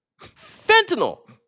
Fentanyl